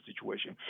situation